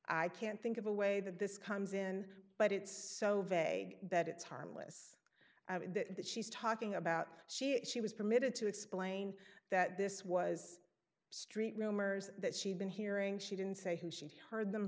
i can't think of a way that this comes in but it's so vague that it's harmless that she's talking about she she was permitted to explain that this was street rumors that she had been hearing she didn't say who she heard them